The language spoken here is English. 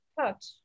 touch